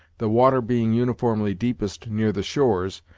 the water being uniformly deepest near the shores,